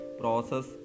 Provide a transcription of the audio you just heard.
process